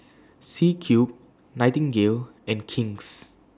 C Cube Nightingale and King's